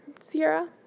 Sierra